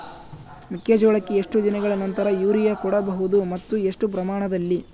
ಮೆಕ್ಕೆಜೋಳಕ್ಕೆ ಎಷ್ಟು ದಿನಗಳ ನಂತರ ಯೂರಿಯಾ ಕೊಡಬಹುದು ಮತ್ತು ಎಷ್ಟು ಪ್ರಮಾಣದಲ್ಲಿ?